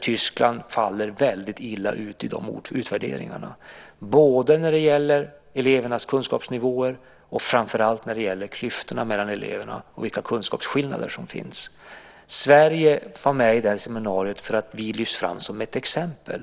Tyskland faller väldigt illa ut i de utvärderingar som gjorts när det gäller elevernas kunskapsnivåer men framför allt när det gäller klyftorna mellan eleverna och de kunskapsskillnader som finns. Sverige var med i seminariet för att vi lyfts fram som ett exempel.